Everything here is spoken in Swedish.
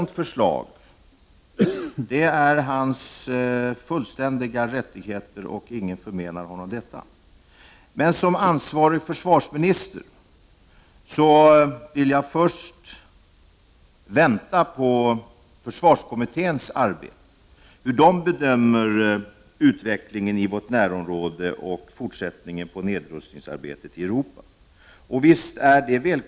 Ingen förmenar honom rätten att framföra ett sådant förslag. Men som ansvarig försvarsminister vill jag först vänta på försvarskommitténs arbete, hur den bedömer utvecklingen i vårt närområde och det fortsatta nedrustningsarbetet i Europa, innan jag tar ställning i den frågan.